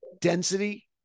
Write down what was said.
density